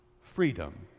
freedom